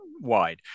wide